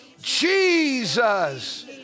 Jesus